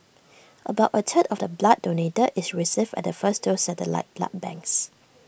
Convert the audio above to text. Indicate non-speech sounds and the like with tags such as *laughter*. *noise* about A third of the blood donated is received at the first two satellite blood banks